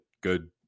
good